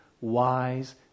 wise